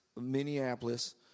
Minneapolis